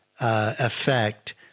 effect